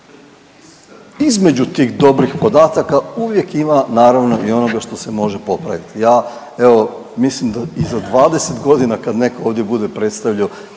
između tih dobrih podataka uvijek ima naravno i onoga što se može popraviti. Ja evo, mislim da i za 20 godina kad netko ovdje bude predstavljao